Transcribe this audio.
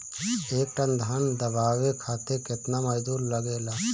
एक टन धान दवावे खातीर केतना मजदुर लागेला?